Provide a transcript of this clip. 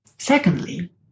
Secondly